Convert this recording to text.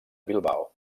bilbao